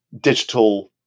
digital